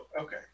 okay